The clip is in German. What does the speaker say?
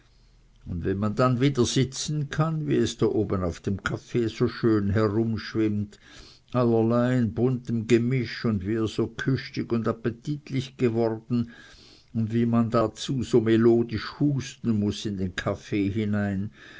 und wenn man dann wieder sitzen kann wie es da oben auf dem kaffee so schön herumschwimmt allerlei in buntem gemisch und wie er so küstig und appetitlich geworden und wie man dann dazu so melodisch husten muß in den kaffee hinein